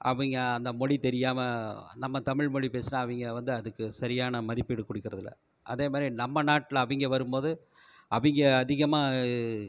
அவிங்க அந்த மொழி தெரியாமல் நம்ம தமிழ்மொழி பேசுனா அவங்க வந்து அதுக்கு சரியான மதிப்பீடு குடிக்கறதில்லை அதே மாரி நம்ம நாட்டில் அவிங்க வரும்போது அவங்க அதிகமாக